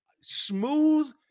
smooth